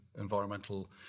environmental